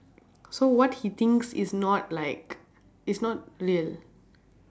so what he thinks is not like is not real